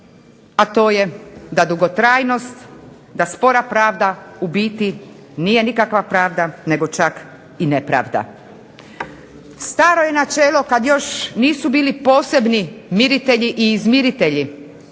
a to je da dugotrajnost, da spora pravda u biti nije nikakva pravda, nego čak i nepravda. Staro je načelo kad još nisu bili posebni miritelji i izmiritelji